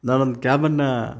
ನಾನು ಒಂದು ಕ್ಯಾಬನ್ನು